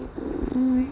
mm